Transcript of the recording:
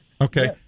Okay